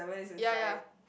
ya ya